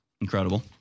Incredible